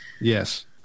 Yes